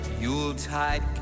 Yuletide